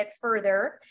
further